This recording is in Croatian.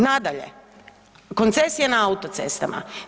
Nadalje, koncesije na autocestama.